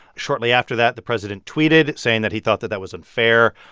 shortly after that, the president tweeted saying that he thought that that was unfair,